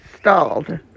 stalled